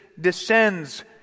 descends